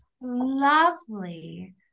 lovely